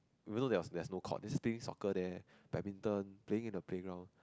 even though there was there's no court just playing soccer there badminton playing in the playground